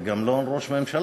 וגם לא על ראש ממשלה,